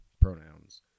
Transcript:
pronouns